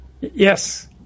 Yes